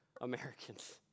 Americans